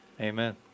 Amen